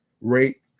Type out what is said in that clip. rate